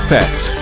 Pets